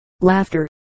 laughter